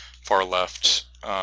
far-left